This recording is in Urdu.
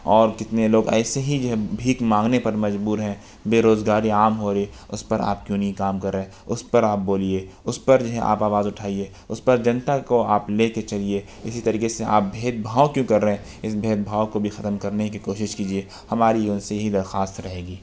اور کتنے لوگ ایسے ہی جو ہے بھیک مانگنے پر مجبور ہیں بے روزگاری عام ہوری اس پر آپ کیوں نہیں کام کر رہے اس پر آپ بولیے اس پر جو ہے آپ آواز اٹھائیے اس پر جنتا کو آپ لے کر چلیے اسی طریقے سے آپ بھید بھاؤ کیوں کر رہے ہیں اس بھید بھاؤ کو بھی ختم کرنے کی کوشش کیجیے ہماری ان سے یہی درخواست رہے گی